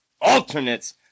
alternates